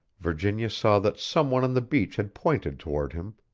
virginia saw that someone on the beach had pointed toward him.